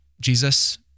Jesus